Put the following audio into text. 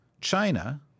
China